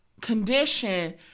condition